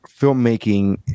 filmmaking